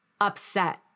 upset